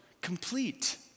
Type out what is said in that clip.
complete